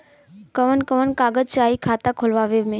कवन कवन कागज चाही खाता खोलवावे मै?